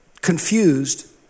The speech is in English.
confused